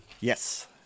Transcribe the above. Yes